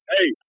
Hey